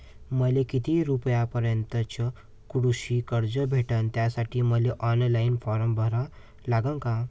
मले किती रूपयापर्यंतचं कृषी कर्ज भेटन, त्यासाठी मले ऑनलाईन फारम भरा लागन का?